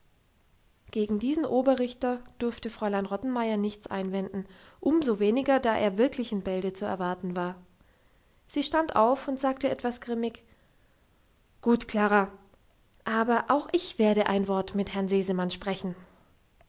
gegen diesen oberrichter durfte fräulein rottenmeier nichts einwenden umso weniger da er wirklich in bälde zu erwarten war sie stand auf und sagte etwas grimmig gut klara aber auch ich werde ein wort mit herrn sesemann sprechen